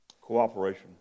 Cooperation